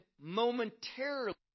momentarily